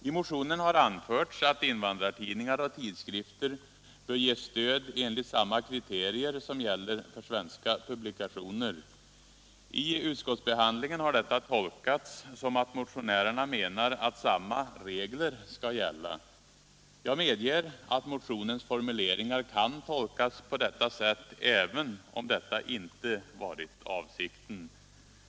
I motionen har anförts att invandrartidningar och tidskrifter bör ges stöd enligt samma kriterier som gäller för svenska publikationer. I utskottsbehandlingen har detta tolkats så att motionärerna menar att samma regler skall gälla, Jag medger att motionens formuleringar kan tolkas på detta sätt, även om det inte varit avsikten.